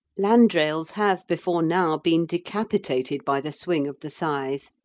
landrails have before now been decapitated by the swing of the scythe,